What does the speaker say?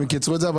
הם קיצרו את זה.